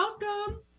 welcome